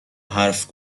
حرف